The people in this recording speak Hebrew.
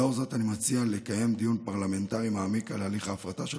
לאור זאת אני מציע לקיים דיון פרלמנטרי מעמיק על הליך ההפרטה של